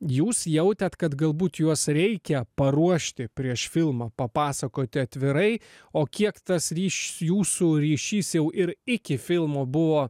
jūs jautėt kad galbūt juos reikia paruošti prieš filmą papasakoti atvirai o kiek tas ryš jūsų ryšys jau ir iki filmo buvo